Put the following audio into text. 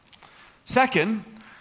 Second